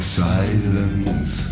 silence